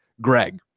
greg